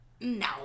No